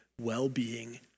well-being